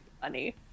funny